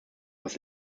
das